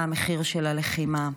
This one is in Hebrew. מה המחיר של הלחימה.